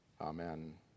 amen